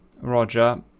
Roger